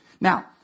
Now